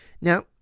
now